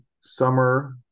summer